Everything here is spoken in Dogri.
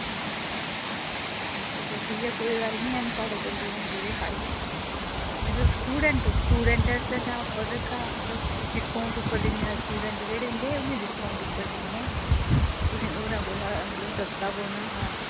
अच्छा अच्छा कोई गल्ल निं हैन साढ़े कोल बी रूम खाल्ली अच्छा स्टूडेंट ओ स्टूडेंट आस्तै असें ऑफर रक्खे दा मतलब जेह्ड़े स्टूडेंट होंदे उनेंगी अस डिस्काऊंट उप्पर दिन्ने होरें कोला मतलब सस्ता पौना हा